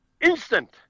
instant